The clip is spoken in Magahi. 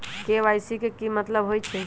के.वाई.सी के कि मतलब होइछइ?